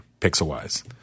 pixel-wise